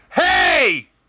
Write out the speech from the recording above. Hey